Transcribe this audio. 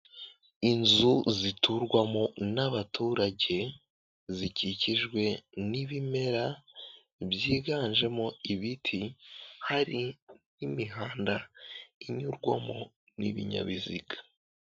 Inzu ziturwamo n'abaturage zikikijwe n'ibimera byiganjemo ibiti, hari nk'imihanda inyurwamo n'ibinyabiziga.